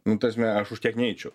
nu ta prasme aš už kiek neičiau